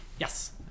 Yes